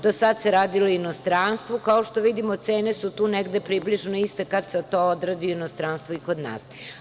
Do sada se radilo u inostranstvu, a kao što vidimo, cene su tu približno iste kao kada se to odradi u inostranstvu i kod nas.